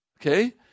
Okay